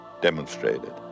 demonstrated